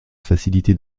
facilité